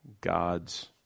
God's